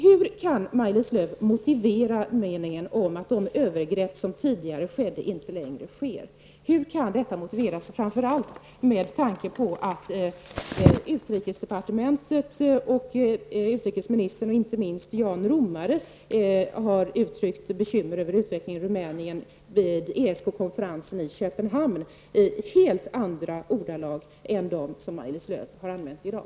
Hur kan Maj-Lis Lööw motivera meningen om att de övergrepp som tidigare skett inte längre sker -- framför allt med tanke på att utrikesdepartementet, utrikesministern och inte minst Jan Romare har uttryckt bekymmer över utvecklingen i Rumänien vid ESK-konferensen i Köpenhamn i helt andra ordalag än de som Maj-Lis Lööw har använt i dag?